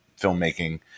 filmmaking